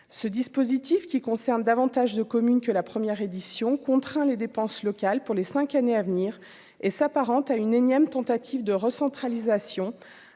ce dispositif qui concerne davantage de communes que la première édition, contraint les dépenses locales pour les 5 années à venir et s'apparente à une énième tentative de recentralisation,